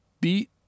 beat